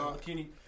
Kenny